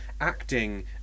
acting